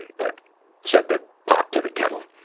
and but said the pot to the kettle.